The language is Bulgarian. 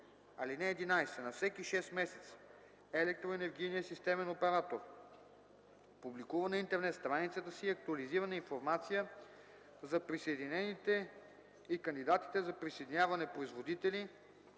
(11) На всеки 6 месеца електроенергийният системен оператор публикува на интернет страницата си актуализирана информация за присъединените и кандидатите за присъединяване – производители